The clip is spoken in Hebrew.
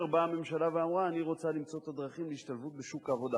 באה הממשלה ואמרה: אני רוצה למצוא את הדרכים להשתלבות בשוק העבודה.